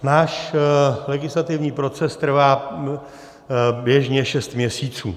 Náš legislativní proces trvá běžně šest měsíců.